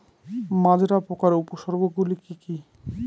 মাজরা পোকার উপসর্গগুলি কি কি?